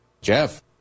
Jeff